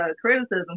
criticism